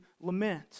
lament